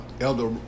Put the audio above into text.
Elder